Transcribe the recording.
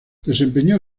desempeñó